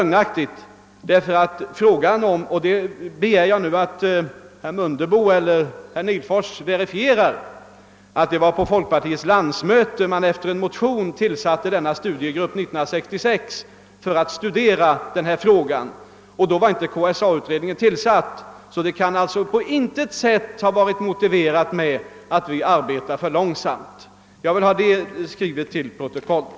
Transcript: Jag begär nu att herr Mundebo eller herr Nihlfors verifierar att det var på folkpartiets landsmöte 1966 som man med anledning av ett motionsförslag tillsatte denna studiegrupp. Då var KSA-utredningen inte tillsatt. Tillsättandet av studiegruppen kan alltså inte på något sätt ha motiverats av att vi arbetat för långsamt. Jag vill ha detta skrivet till protokollet.